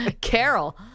Carol